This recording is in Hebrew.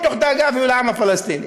אפילו לא מתוך דאגה לעם הפלסטיני,